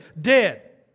dead